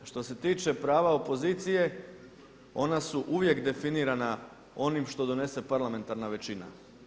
Što se tiče prava opozicije ona su uvijek definirana onim što donese parlamentarna većina.